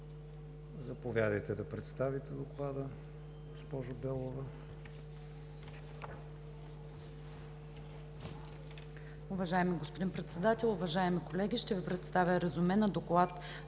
Заповядайте да представите Доклада, госпожо Белова.